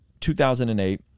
2008